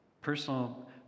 Personal